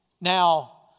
Now